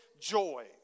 joy